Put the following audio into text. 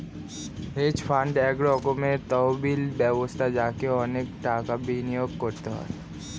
hedge fund এক রকমের তহবিল ব্যবস্থা যাতে অনেক টাকা বিনিয়োগ করতে হয়